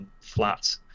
flat